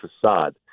facade